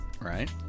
Right